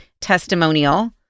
testimonial